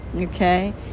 okay